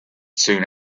soon